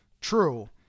true